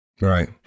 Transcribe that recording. Right